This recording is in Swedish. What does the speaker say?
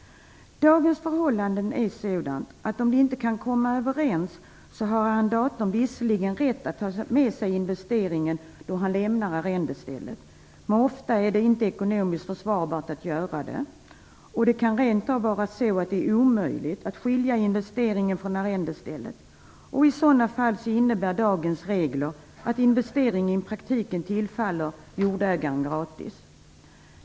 Dagens förhållanden är sådant att om de inte kan komma överens, så har arrendatorn visserligen rätt att ta med sig investeringen då han lämnar arrendestället. Men ofta är det inte ekonomiskt försvarbart att göra det. Det kan rent av vara så att det är omöjligt att skilja investeringen från arrendestället. I sådana fall innebär dagens regler att investeringen i praktiken tillfaller jordägaren gratis.